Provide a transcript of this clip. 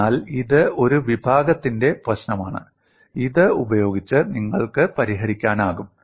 അതിനാൽ ഇത് ഒരു വിഭാഗത്തിന്റെ പ്രശ്നമാണ് ഇത് ഉപയോഗിച്ച് നിങ്ങൾക്ക് പരിഹരിക്കാനാകും